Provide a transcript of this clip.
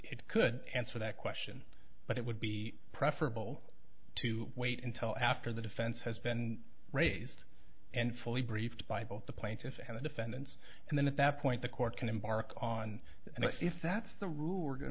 it could answer that question but it would be preferable to wait until after the defense has been raised and fully briefed by both the plaintiffs and the defendants and then at that point the court can embark on and if that's the rule we're going